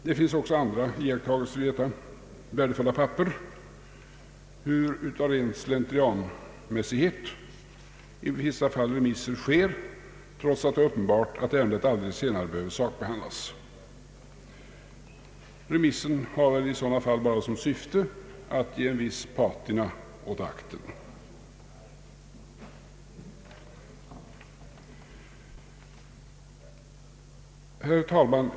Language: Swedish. Det finns också iakttagelser i detta värdefulla papper om hur av ren slentrian i vissa fall remiss sker trots att det är uppenbart att ärendet aldrig senare behöver sakbehandlas. Remissen har väl i sådana fall bara till syfte att ge en viss patina åt akten. Herr talman!